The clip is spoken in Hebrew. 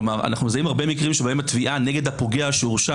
כלומר אנחנו מזהים הרבה מקרים שבהם התביעה נגד הפוגע שהורשע